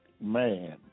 man